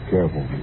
Careful